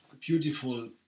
beautiful